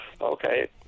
Okay